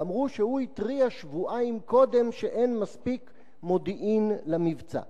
ואמרו שהוא התריע שבועיים קודם שאין מספיק מודיעין למבצע.